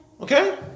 Okay